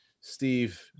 Steve